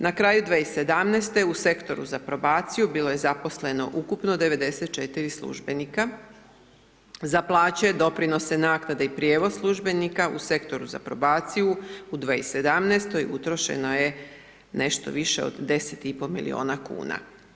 Na kraju 2017. u Sektoru za probaciju bilo je zaposleno ukupno 94 službenika, za plaće, doprinose, naknade i prijevoz službenika u Sektoru za probaciju u 2017. utrošeno je nešto više od 10,5 miliona kuna.